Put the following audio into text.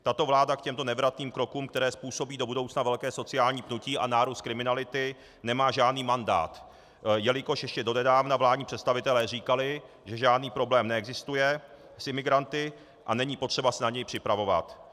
Tato vláda k těmto nevratným krokům, které způsobí do budoucna velké sociální pnutí a nárůst kriminality, nemá žádný mandát, jelikož ještě donedávna vládní představitelé říkali, že žádný problém neexistuje s imigranty a není potřeba se na něj připravovat.